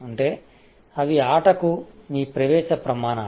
అంటే అవి ఆటకు మీ ప్రవేశ ప్రమాణాలు